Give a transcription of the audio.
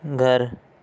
گھر